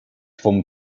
fum